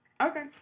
Okay